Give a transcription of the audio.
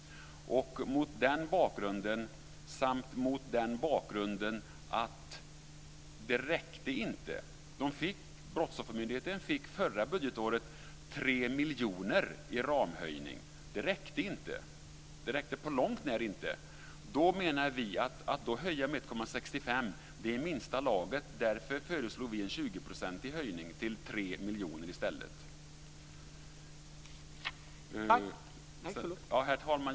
Sedan räckte inte detta. Brottsoffermyndigheten fick förra budgetåret 3 miljoner i ramhöjning, men det räckte inte på långt när. Mot den bakgrunden menar vi att det är i minsta laget att höja med 1,65 miljoner, och därför föreslår vi en 20-procentig höjning till 3 miljoner i stället. Herr talman!